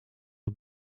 het